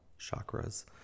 Chakras